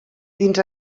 dins